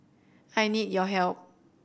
I need your help